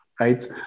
right